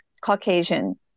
Caucasian